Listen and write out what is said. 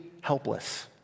helpless